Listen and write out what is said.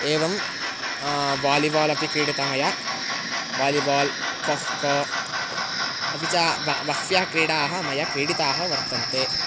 एवं वालिबाल् अपि क्रीडिता मया वालिबाल् खोः को अपि च ब बह्व्यः क्रीडाः मया क्रीडिताः वर्तन्ते